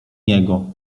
niego